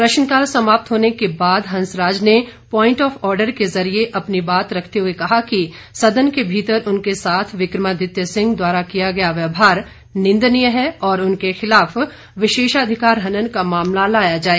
प्रश्नकाल समाप्त होने के बाद हंसराज ने प्वाइंट ऑफ ऑर्डर के जरिए अपनी बात रखते हुए कहा कि सदन के भीतर उनके साथ विक्रमादित्य सिंह द्वारा किया गया व्यवहार निंदनीय है और उनके खिलाफ विशेषाधिकार हनन का मामला लाया जाए